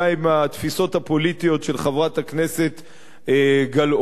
התפיסות הפוליטיות של חברת הכנסת גלאון,